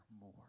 more